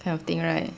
kind of thing right